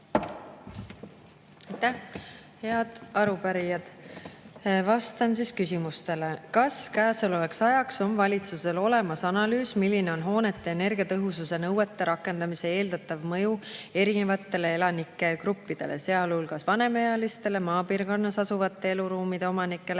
Head arupärijad! Vastan küsimustele.[Esimene küsimus:] "Kas käesolevaks ajaks on valitsusel olemas analüüs, milline on hoonete energiatõhususe nõuete rakendamise eeldatav mõju erinevatele elanike gruppidele, sealhulgas vanemaealistele, maapiirkonnas asuvate eluruumide omanikele